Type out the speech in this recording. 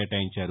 కేటాయించారు